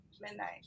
midnight